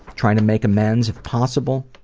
trying to make amends, if possible,